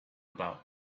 about